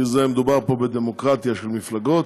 כי מדובר פה בדמוקרטיה של מפלגות.